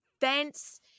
fence